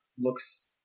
looks